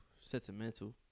sentimental